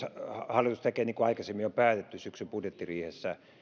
hallitus tekee niin kuin aikaisemmin on päätetty syksyn budjettiriihessä